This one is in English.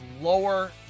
lower